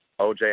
OJ